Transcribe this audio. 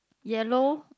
yellow